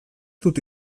dut